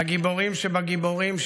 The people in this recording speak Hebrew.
הגיבורים שבגיבורים,